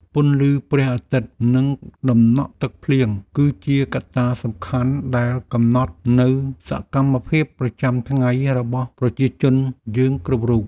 ពន្លឺព្រះអាទិត្យនិងតំណក់ទឹកភ្លៀង គឺជាកត្តាសំខាន់ដែលកំណត់នូវសកម្មភាពប្រចាំថ្ងៃរបស់ប្រជាជនយើងគ្រប់រូប។